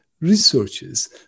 researches